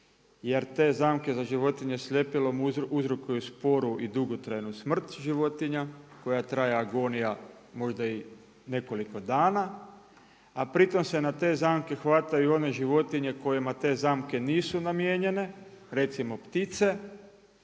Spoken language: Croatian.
jer te zamke za životinje s ljepilom uzrokuju sporu i dugotrajnu smrt životinja koja traje agonija možda i nekoliko dana, a pri tom se na te zamke hvataju one životinje kojima te zamke nisu namijenjene, recimo ptice